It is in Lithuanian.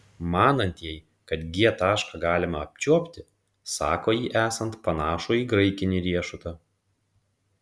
manantieji kad g tašką galima apčiuopti sako jį esant panašų į graikinį riešutą